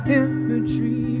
imagery